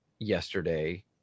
yesterday